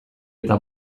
eta